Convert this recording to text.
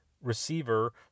receiver